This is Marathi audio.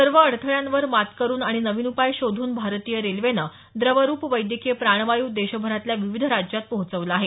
सर्व अडथळ्यांवर मात करून आणि नवीन उपाय शोधून भारतीय रेल्वेनं द्रवरूप वैद्यकीय प्राणवायू देशभरातल्या विविध राज्यात पोहोचवला आहे